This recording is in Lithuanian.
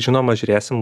žinoma žiūrėsim